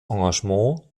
engagement